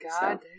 god